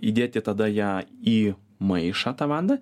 įdėti tada ją į maišą tą vandą